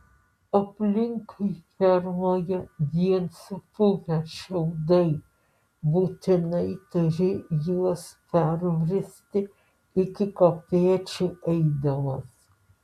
aplinkui fermoje vien supuvę šiaudai būtinai turi juos perbristi iki kopėčių eidamas